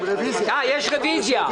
יש רוויזיה.